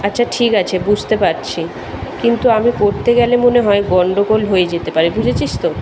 আচ্ছা ঠিক আছে বুঝতে পারছি কিন্তু আমি করতে গেলে মনে হয় গণ্ডগোল হয়ে যেতে পারে বুঝেছিস তো